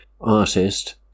artist